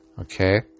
Okay